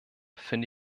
finde